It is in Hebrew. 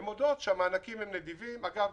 הן יודעות שהמענקים נדיבים ואגב,